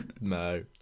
No